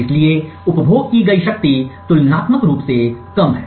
इसलिए उपभोग की गई शक्ति तुलनात्मक रूप से कम है